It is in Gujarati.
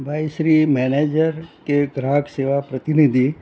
ભાઈ શ્રી મેનેજર કે ગ્રાહક સેવા પ્રતિનિધિ